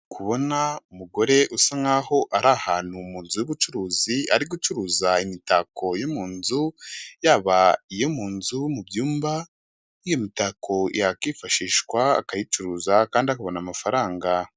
Ndi kubona umugore usa nkaho ari ahantu mu nzu y'ubucuruzi ari gucuruza imitako yo mu nzu, yaba iyo mu nzu, mu byumba. Iyo mitako yakwifashishwa akayicuruza kandi akabona amafaranga.